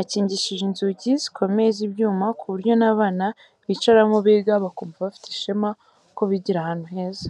akingishije inzugi zikomeye z'ibyuma, ku buryo n'abana bicaramo biga bakumva bafite ishema ko bigira ahantu heza.